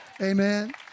Amen